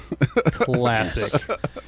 Classic